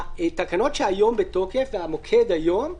התקנות שהיום בתוקף, והמוקד היום הוא,